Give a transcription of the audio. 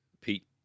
Pete